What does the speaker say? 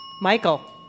Michael